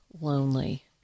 lonely